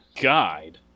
guide